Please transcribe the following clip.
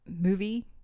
movie